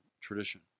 tradition